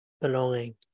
Belonging